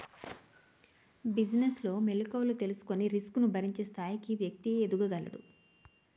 business లో మెలుకువలు తెలుసుకొని రిస్క్ ను భరించే స్థాయికి వ్యక్తి ఎదగగలడు